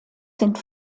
sind